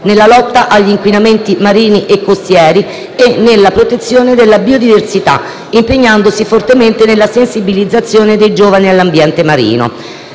nella lotta agli inquinamenti marini e costieri e nella protezione della biodiversità, impegnandosi fortemente nella sensibilizzazione dei giovani all'ambiente marino.